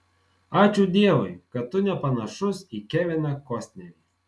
ačiū dievui kad tu nepanašus į keviną kostnerį